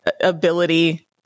ability